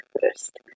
first